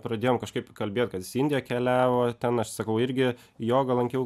pradėjom kažkaip kalbėt kad jis indiją keliavo ten aš sakau irgi jogą lankiau